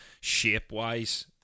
shape-wise